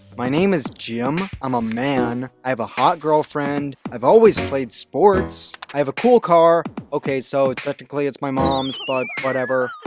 my name is jim. i'm a man. i have a hot girlfriend. i've always played sports. i have a cool car. okay, so technically it's my mom's, but whatever.